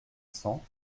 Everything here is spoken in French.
cents